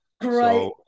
Great